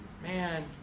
Man